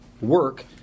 Work